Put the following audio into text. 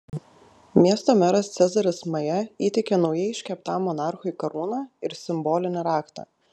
miesto meras cezaris maja įteikė naujai iškeptam monarchui karūną ir simbolinį raktą